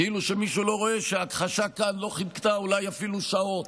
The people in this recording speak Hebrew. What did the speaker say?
כאילו מישהו לא רואה שההכחשה כאן לא חיכתה אפילו שעות.